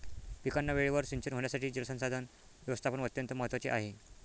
पिकांना वेळेवर सिंचन होण्यासाठी जलसंसाधन व्यवस्थापन अत्यंत महत्त्वाचे आहे